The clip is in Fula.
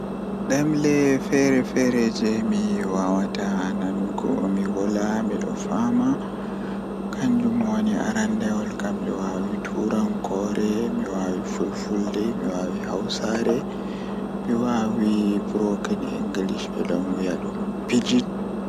Ɗemɗe feere-feere jei mi waawata Miɗo waawi e faamaade Pulaar no feewi, kadi miɗo waawi laawol ɗiɗi waɗɓe. Miɗo njogii sabu ngal ɗum ko mi waɗi waɗde jokkondirɗe yimɓe heɓɓe leydi woɗɓe ɗiɗɗi.